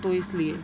تو اس لئے